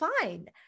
fine